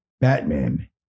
Batman